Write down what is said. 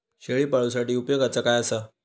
शेळीपाळूसाठी उपयोगाचा काय असा?